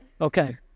Okay